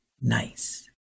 nice